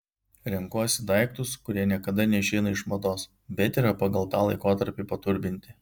renkuosi daiktus kurie niekada neišeina iš mados bet yra pagal tą laikotarpį paturbinti